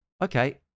Okay